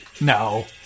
No